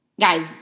Guys